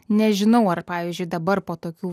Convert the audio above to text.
nežinau ar pavyzdžiui dabar po tokių